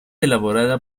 elaborada